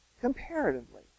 comparatively